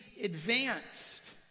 advanced